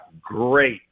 great